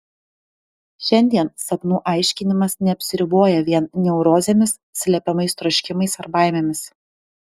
šiandien sapnų aiškinimas neapsiriboja vien neurozėmis slepiamais troškimais ar baimėmis